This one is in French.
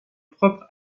propre